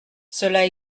cela